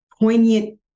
poignant